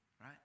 right